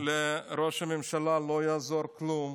לראש הממשלה: לא יעזור כלום.